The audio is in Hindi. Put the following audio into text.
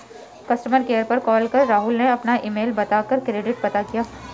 कस्टमर केयर पर कॉल कर राहुल ने अपना ईमेल बता कर क्रेडिट पता किया